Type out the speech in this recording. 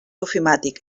ofimàtic